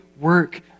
work